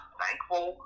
thankful